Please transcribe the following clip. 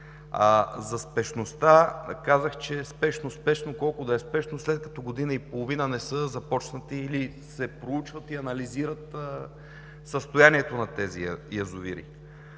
За спешността казах, че спешно, спешно, колко да е спешно, след като година и половина не са започнати или се проучва и анализира състоянието на тези язовири?!